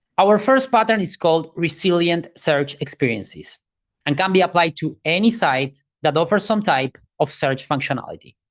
our first pattern is called resilient search experiences and can be applied to any site that offers some type of search functionality.